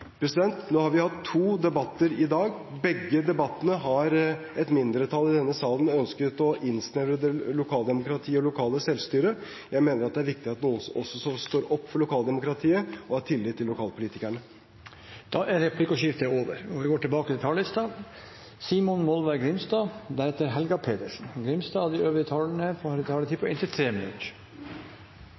Nå har vi hatt to debatter i dag. I begge debattene har et mindretall i denne salen ønsket å innsnevre lokaldemokratiet og det lokale selvstyret. Jeg mener det er viktig at noen også står opp for lokaldemokratiet og har tillit til lokalpolitikerne. Replikkordskiftet er